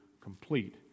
complete